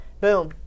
boom